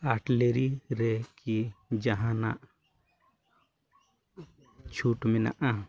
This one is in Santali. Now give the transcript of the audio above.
ᱨᱮᱠᱤ ᱡᱟᱦᱟᱱᱟᱜ ᱪᱷᱩᱴ ᱢᱮᱱᱟᱜᱼᱟ